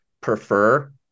prefer